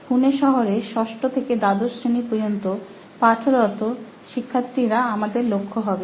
পুণে শহরে ষষ্ঠ থেকে দ্বাদশ শ্রেণী পর্যন্ত পাঠরত শিক্ষার্থীরা আমাদের লক্ষ্য হবে